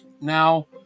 Now